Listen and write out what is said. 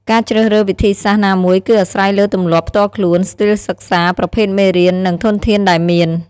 ការជ្រើសរើសវិធីសាស្ត្រណាមួយគឺអាស្រ័យលើទម្លាប់ផ្ទាល់ខ្លួន ស្ទីលសិក្សា ប្រភេទមេរៀន និងធនធានដែលមាន។